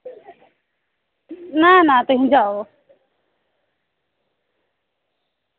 ना ना तुस जाओ